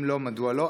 אם לא, מדוע לא?